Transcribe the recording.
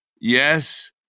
yes